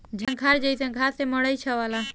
झंखार जईसन घास से मड़ई छावला